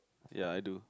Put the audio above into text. ya I do